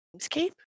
escape